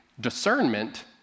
Discernment